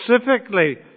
specifically